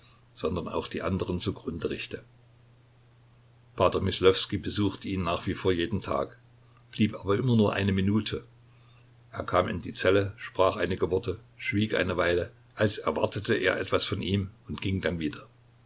sondern auch die anderen zugrunde richte p myslowskij besuchte ihn nach wie vor jeden tag blieb aber immer nur eine minute er kam in die zelle sprach einige worte schwieg eine weile als erwartete er etwas von ihm und ging dann wieder